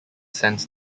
stands